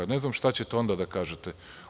Ne znam šta ćete onda da kažete.